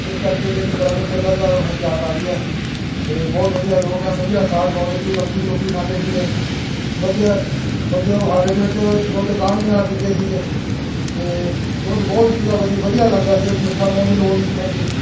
ਇਸ ਕਰਕੇ ਜਿਹੜੀ ਪੁਰਾਣੀ ਸੱਭਿਆਚਾਰ ਹੁਣ ਯਾਦ ਆ ਰਹੀ ਹੈ ਅਤੇ ਬਹੁਤ ਵਧੀਆ ਲੋਕ ਆ ਵਧੀਆ ਸਾਗ ਬਣਾਉਂਦੇ ਸੀ ਮੱਕੀ ਦੀ ਰੋਟੀ ਖਾਂਦੇ ਸੀਗੇ ਵਧੀਆ ਵਧੀਆ ਉਹ ਹਾਰੇ ਦੇ ਵਿੱਚ ਦੁੱਧ ਕਾਢਨੀ ਵਾਲਾ ਪੀਂਦੇ ਸੀਗੇ ਅਤੇ ਦੁੱਧ ਬਹੁਤ ਸੀਗਾ ਵਧੀ ਵਧੀਆ ਲੱਗਦਾ ਸੀ ਉਹ 'ਚ ਮਿੱਠਾ ਪਾਣ ਦੀ ਲੋੜ ਨਹੀਂ ਸੀ ਪੈਂਦੀ